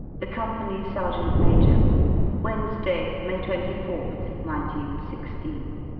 the company sergeant-major wednesday, may twenty fourth, nineteen sixteen.